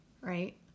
right